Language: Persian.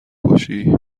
بکشی